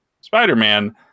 Spider-Man